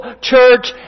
church